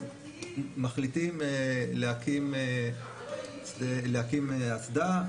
אז מחליטים להקים אסדה.